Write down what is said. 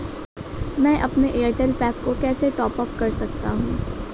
मैं अपने Airtel pack को कैसे टॉप अप कर सकता हूँ?